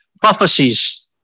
Prophecies